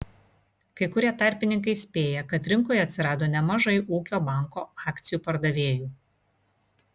kai kurie tarpininkai spėja kad rinkoje atsirado nemažai ūkio banko akcijų pardavėjų